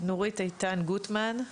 נורית איתן גוטמן.